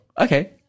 okay